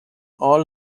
all